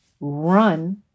run